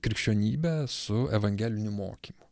krikščionybe su evangeliniu mokymu